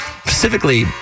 specifically